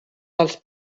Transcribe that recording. dels